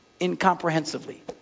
incomprehensively